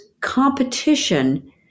competition